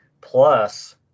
plus